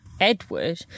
Edward